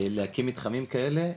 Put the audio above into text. להקים מתחמים כאלה,